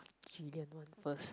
jillian one first